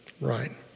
Right